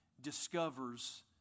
discovers